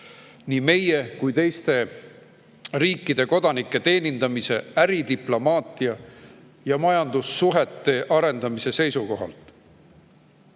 nii meie kui ka teiste riikide kodanike teenindamise, äridiplomaatia ja majandussuhete arendamise seisukohalt. USA